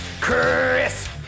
Chris